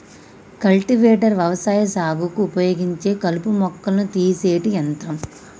cultivator వ్యవసాయ సాగుకు ఉపయోగించే కలుపు మొక్కలను తీసేటి యంత్రం